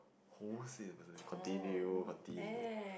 almost said that person name continue continue